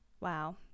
wow